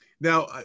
Now